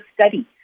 study